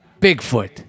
Bigfoot